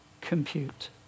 compute